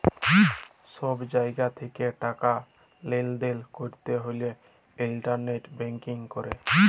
ছব জায়গা থ্যাকে টাকা লেলদেল ক্যরতে হ্যলে ইলটারলেট ব্যাংকিং ক্যরে